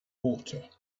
water